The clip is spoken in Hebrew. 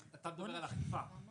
אתה מדבר על אכיפה.